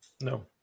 No